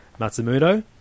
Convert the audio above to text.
Matsumoto